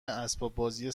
اسباببازی